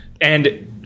And-